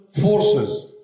forces